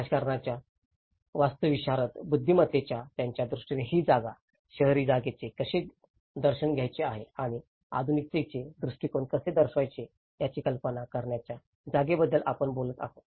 राजकारण्यांच्या वास्तुविशारदांच्या बुद्धिमत्तेच्या त्यांच्या दृष्टीने ही जागा शहरी जागेचे कसे दर्शन घ्यायचे आहे आणि आधुनिकतेचे दृष्टिकोन कसे दर्शवायचे याची कल्पना करण्याच्या जागेबद्दल आपण बोलत आहोत